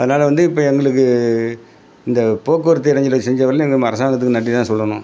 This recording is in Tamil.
அதனால வந்து இப்போ எங்களுக்கு இந்த போக்குவரத்து இடஞ்சலுக்கு செஞ்ச வரைலும் எங்கள் மா அரசாங்கத்துக்கு நன்றி தான் சொல்லணும்